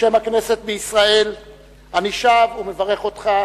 בשם הכנסת בישראל אני שב ומברך אותך